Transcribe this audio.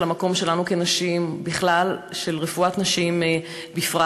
של המקום שלנו כנשים בכלל ושל רפואת נשים בפרט.